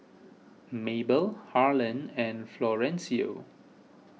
Mabel Harland and Florencio